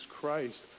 Christ